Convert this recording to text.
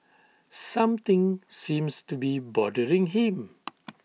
something seems to be bothering him